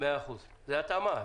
זאת התאמה.